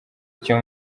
icyo